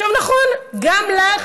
נכון, גם לך